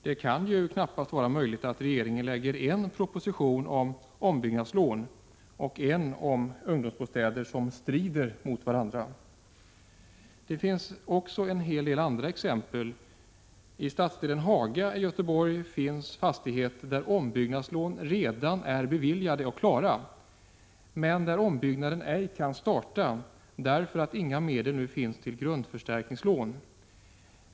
Det kan knappast vara möjligt att regeringen lägger fram en proposition om ombyggnadslån och en om ungdomsbostäder som strider mot varandra. Det finns också en hel del andra exempel. I stadsdelen Haga i Göteborg finns fastigheter där ombyggnadslån redan är beviljade och klara, men där ombyggnaden inte kan starta, därför att inga medel nu finns till grundförstärkningslån.